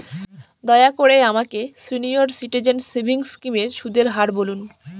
দয়া করে আমাকে সিনিয়র সিটিজেন সেভিংস স্কিমের সুদের হার বলুন